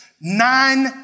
Nine